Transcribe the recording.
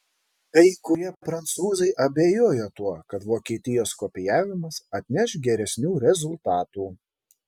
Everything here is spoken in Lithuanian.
kai kurie prancūzai abejoja tuo kad vokietijos kopijavimas atneš geresnių rezultatų